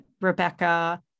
Rebecca